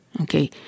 Okay